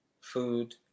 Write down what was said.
food